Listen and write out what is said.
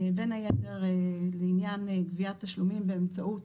בין היתר לעניין גביית תשלומים באמצעות